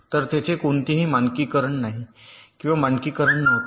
तर तेथे कोणतेही मानकीकरण नाही किंवा मानकीकरण नव्हते